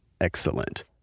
Excellent